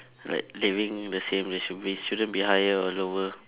like living the same there should be shouldn't be higher or lower